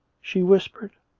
she whispered.